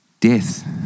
death